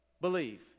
believe